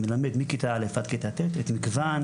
מלמד מכיתה א' עד כיתה ט' את מגוון